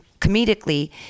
comedically